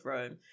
Rome